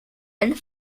and